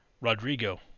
Rodrigo